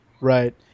Right